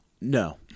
No